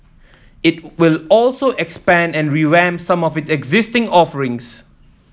it will also expand and revamp some of its existing offerings